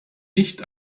nicht